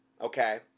okay